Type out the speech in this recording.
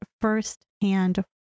firsthand